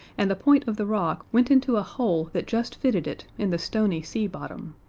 and the point of the rock went into a hole that just fitted it in the stony sea bottom,